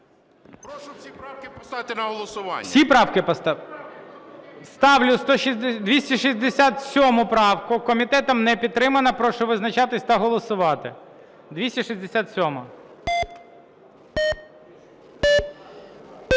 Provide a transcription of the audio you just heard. Прошу всі правки поставити на голосування. ГОЛОВУЮЧИЙ. Всі правки поставити? Ставлю 267 правку. Комітетом не підтримана. Прошу визначатися та голосувати. 267-а.